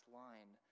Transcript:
line